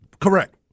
Correct